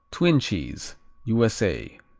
twin cheese u s a.